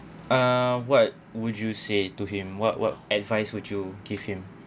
ah what would you say to him what what advice would you give him